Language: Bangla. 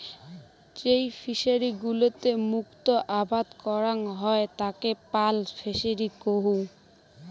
যেই ফিশারি গুলোতে মুক্ত আবাদ করাং হই তাকে পার্ল ফিসারী কুহ